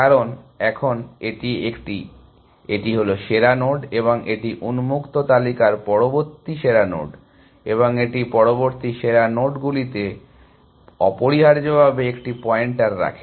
কারণ এখন এটি একটি এটি হল সেরা নোড এবং এটি উন্মুক্ত তালিকার পরবর্তী সেরা নোড এবং এটি পরবর্তী সেরা নোডগুলিতে অপরিহার্যভাবে একটি পয়েন্টার রাখে